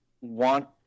want